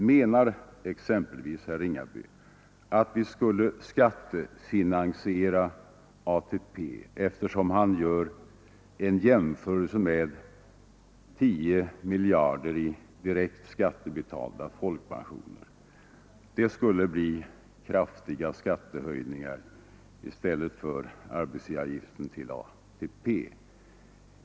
Menar exempelvis herr Ringaby att vi skulle skattefinansiera ATP, eftersom han gör en jämförelse med 10 miljarder i direkt skattebetalda folkpensioner? Det skulle bli kraftiga skattehöjningar i stället för arbetsgivaravgiften till ATP.